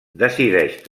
decideix